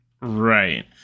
Right